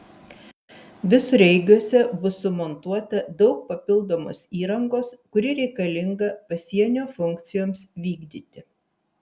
visureigiuose bus sumontuota daug papildomos įrangos kuri reikalinga pasienio funkcijoms vykdyti